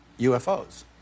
UFOs